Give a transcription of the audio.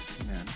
amen